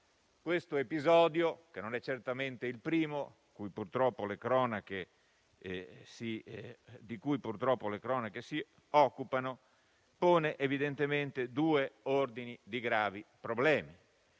Questo episodio, che non è certamente il primo di cui purtroppo le cronache si occupano, pone evidentemente due ordini di gravi problemi.